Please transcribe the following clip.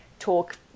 talk